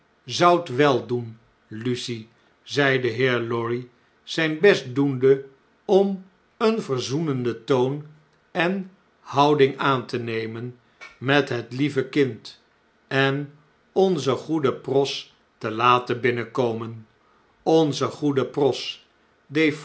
zoudt wel doen lucie zei de heer lorry zn'n best doende om een verzoenenden toon en houding aan te nemen met het lieve kind en onze goede pross te laten binnenkomen onze goede pross